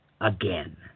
again